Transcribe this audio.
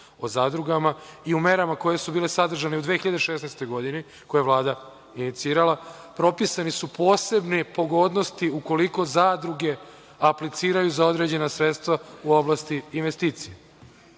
o zadrugama i u merama koje su bile sadržane u 2016. godini, koje je Vlada inicirala, propisane su posebne pogodnosti ukoliko zadruge apliciraju za određena sredstva u oblasti investicija. Isto